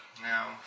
now